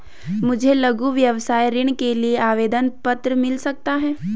मुझे लघु व्यवसाय ऋण लेने के लिए आवेदन पत्र मिल सकता है?